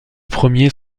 premiers